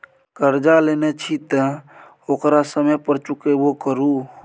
करजा लेने छी तँ ओकरा समय पर चुकेबो करु